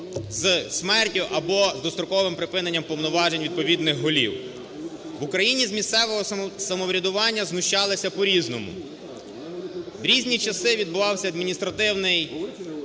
з смертю, або з достроковим припиненням повноважень відповідних голів. В Україні з місцевого самоврядування знущалися по-різному. В різні часи відбувався адміністративний